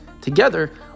Together